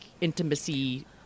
intimacy